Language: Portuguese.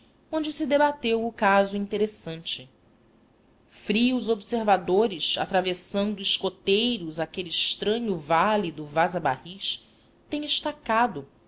onde se debateu o caso interessante frios observadores atravessando escoteiros aquele estranho vale do vaza barris têm estacado